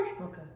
Okay